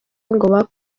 ngo